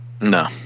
No